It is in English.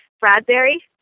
Bradbury